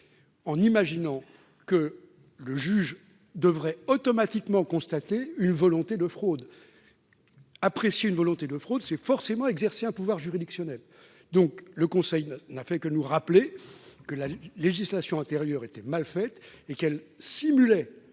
en imaginant que le juge devrait automatiquement constater une volonté de fraude. Apprécier une volonté de fraude revient forcément à exercer un pouvoir juridictionnel. Le Conseil constitutionnel n'a par conséquent fait que nous rappeler que la législation antérieure était mal faite, qu'elle simulait